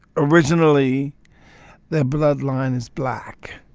originally their bloodline is black.